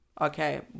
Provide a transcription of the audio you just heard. okay